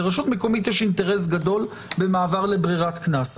לרשות מקומית יש אינטרס גדול במעבר לברירת קנס,